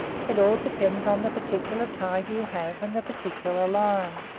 it all depends on the particular tiger you have and the particular lion.